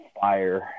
fire